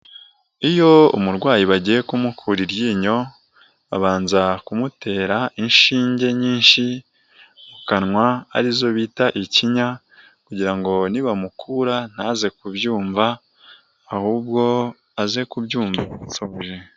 Iyo umurwayi bagiye kumukura iryinyo, babanza kumutera inshinge nyinshi mu kanwa ari zo bita ikinya kugira ngo nibamukura ntaze kubyumva ahubwo aze kubyumva.....